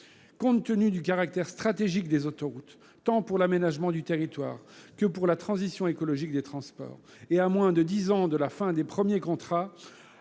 Compte tenu du caractère stratégique des autoroutes, tant pour l'aménagement du territoire que pour la transition écologique des transports, et à moins de dix ans de la fin des premiers contrats,